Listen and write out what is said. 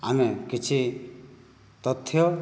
ଆମେ କିଛି ତଥ୍ୟ